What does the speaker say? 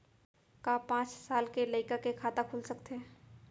का पाँच साल के लइका के खाता खुल सकथे?